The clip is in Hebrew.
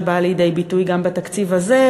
שבאה לידי ביטוי גם בתקציב הזה.